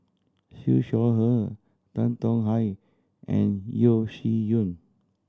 Siew Shaw Her Tan Tong Hye and Yeo Shih Yun